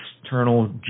external